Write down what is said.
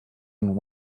and